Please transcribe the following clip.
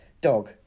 dog